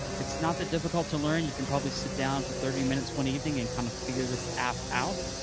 it's not that difficult to learn. you can probably sit down for thirty minutes one evening and kind of figure this app out,